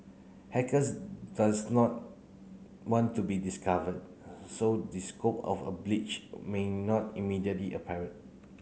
hackers does not want to be discovered so the scope of a breach may not immediately apparent